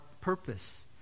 purpose